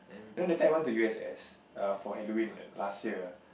you know that time I went to U_S_S err for Halloween like last year